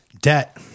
Debt